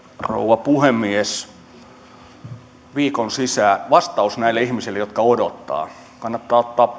rouva puhemies vastaus näille ihmisille jotka odottavat kannattaa ottaa